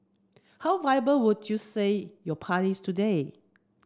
how viable would you say your party is today